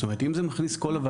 זאת אומרת אם זה מכניס קול לוועדה,